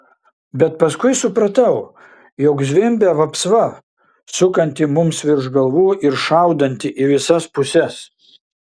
bet paskui supratau jog zvimbia vapsva sukanti mums virš galvų ir šaudanti į visas puses